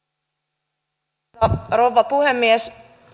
arvoisa rouva puhemies